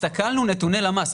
הסתכלנו נתוני למ"ס.